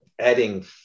adding